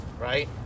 right